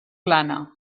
plana